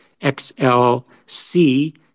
XLC